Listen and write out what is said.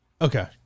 Okay